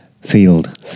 Field